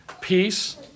peace